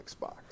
Xbox